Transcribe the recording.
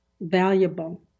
valuable